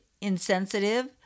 insensitive